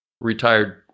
retired